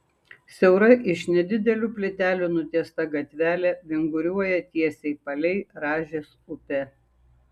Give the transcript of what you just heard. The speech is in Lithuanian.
siaura iš nedidelių plytelių nutiesta gatvelė vinguriuoja tiesiai palei rąžės upę